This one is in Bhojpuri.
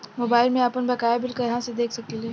मोबाइल में आपनबकाया बिल कहाँसे देख सकिले?